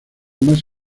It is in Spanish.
más